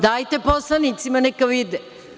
Dajte poslanicima neka vide.